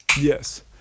yes